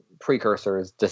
precursors